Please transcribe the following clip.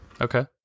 Okay